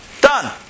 Done